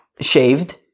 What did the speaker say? shaved